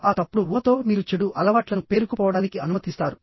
ఆ తప్పుడు ఊహతో మీరు చెడు అలవాట్లను పేరుకుపోవడానికి అనుమతిస్తారు